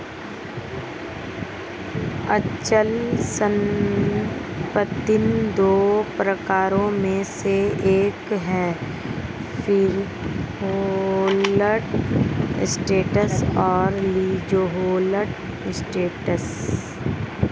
अचल संपत्ति दो प्रकारों में से एक है फ्रीहोल्ड एसेट्स और लीजहोल्ड एसेट्स